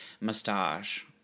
Mustache